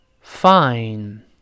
fine